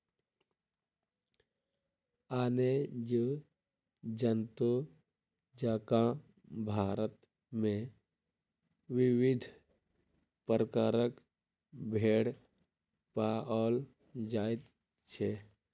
आने जीव जन्तु जकाँ भारत मे विविध प्रकारक भेंड़ पाओल जाइत छै